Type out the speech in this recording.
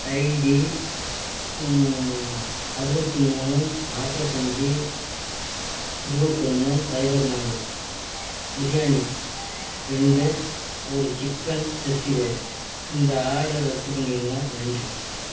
ID அறுபத்தி மூணு நாப்பத்தஞ்சு இருபத்தொன்னு சைபர் நாலு பிரியாணி ரெண்டு ஒரு சிக்கன் சிக்ஸ்டி ஃபைவ் இந்த ஆர்டர் ரத்து பண்ணிடுங்க நன்றி